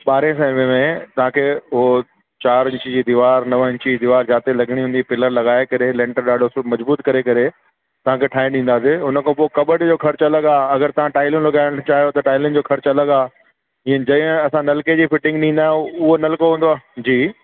ॿारहें सौ रुपए में तव्हांखे उहो चारि ईंच जी दीवार नव ईंच जी दीवार जाते लॻणी हूंदी पीलर लॻाए करे लेंटर ॾाढो मज़बूत करे करे तव्हांखे ठाहे ॾींदासीं हुन खां पोइ कबट जो ख़र्चु अलॻि आहे अगरि तव्हां टाइलुनि लॻाइण चाहियो त तव्हां टाइलुनि जो ख़र्चु अलॻि आहे जंहिं जंहिं असां नलके जी फिटिंग ॾींदा आहियूं उहो नलको हूंदो आहे जी